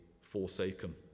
forsaken